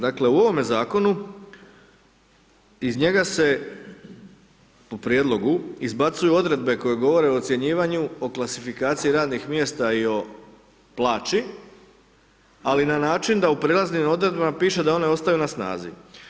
Dakle, u ovome Zakonu, iz njega se, po prijedlogu, izbacuju odredbe koje govore o ocjenjivanju, o klasifikaciji radnih mjesta i o plaći, ali na način da u prijelaznim Odredbama piše da one ostaju na snazi.